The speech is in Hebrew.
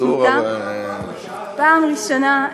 זו פעם ראשונה,